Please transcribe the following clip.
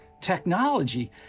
technology